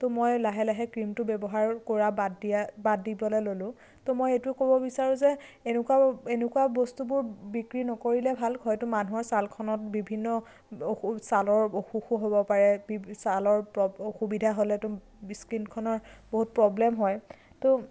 তো মই লাহে লাহে ক্ৰিমটো ব্যৱহাৰ কৰা বাদ দিয়া বাদ দিবলৈ ললোঁ তো মই এইটো ক'ব বিচাৰোঁ যে এনেকুৱা এনেকুৱা বস্তুবোৰ বিক্ৰী নকৰিলেই ভাল হয়তো মানুহৰ ছালখনত বিভিন্ন অসুখ ছালৰ অসুখো হ'ব পাৰে বিবি ছালৰ অসুবিধা হ'লেতো স্কিনখনৰ বহুত প্ৰবলেম হয় তো